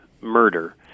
murder